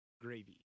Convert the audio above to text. Gravy